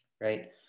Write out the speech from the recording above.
right